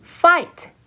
Fight